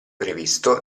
previsto